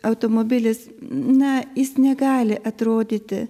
automobilis na jis negali atrodyti